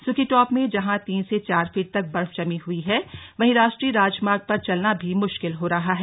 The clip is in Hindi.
सुखी टॉप में जहां तीन से चार फीट तक बर्फ जमी हुई है वहीं राष्ट्रीय राजमार्ग पर ं चलना भी मुश्किल हो रहा है